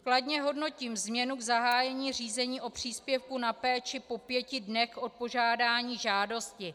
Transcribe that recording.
Kladně hodnotím změnu v zahájení řízení o příspěvku na péči po pěti dnech od podání žádosti.